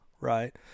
Right